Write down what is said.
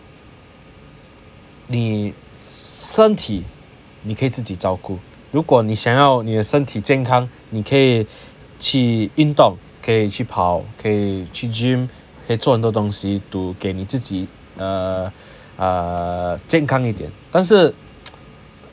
你身体你可以自己照顾如果你想要你身体健康你可以去运动可以去跑可以去 gym 可以做很多东西 to 给你自己 err err 健康一点但是